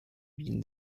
wien